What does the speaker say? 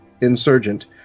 Insurgent